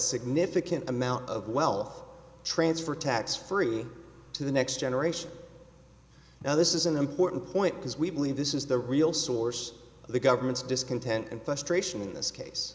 significant amount of wealth transfer tax free to the next generation now this is an important point because we believe this is the real source of the government's discontent and frustration in this case